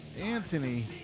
anthony